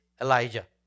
Elijah